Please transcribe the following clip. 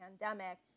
pandemic